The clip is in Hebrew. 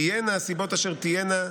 תהיינה הסיבות אשר תהיינה,